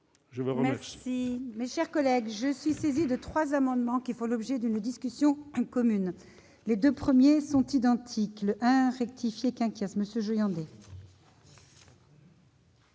Je vous remercie